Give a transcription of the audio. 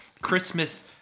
Christmas –